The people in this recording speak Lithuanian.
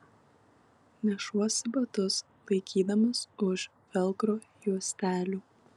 nešuosi batus laikydamas už velkro juostelių